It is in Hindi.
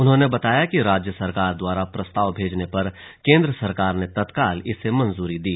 उन्होंने बताया कि राज्य सरकार द्वारा प्रस्ताव भेजने पर केंद्र सरकार ने तत्काल इसे मंजूरी दी